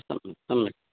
सम् सम्यक्